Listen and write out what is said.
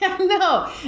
No